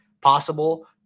possible